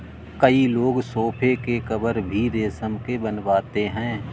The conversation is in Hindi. कई लोग सोफ़े के कवर भी रेशम के बनवाते हैं